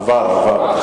עבר, עבר.